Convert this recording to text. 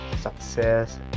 success